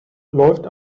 läuft